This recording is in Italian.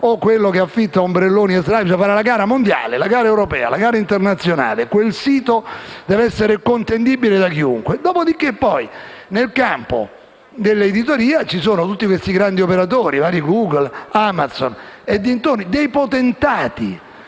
quello che affitta ombrelloni e sdraio. Bisogna fare una gara mondiale, europea, internazionale, quel sito deve essere contendibile da chiunque. Dopodiché, nel campo dell'editoria ci sono tutti i grandi operatori, i vari Google, Amazon e simili, dei veri potentati